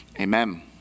Amen